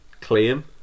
claim